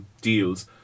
deals